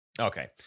Okay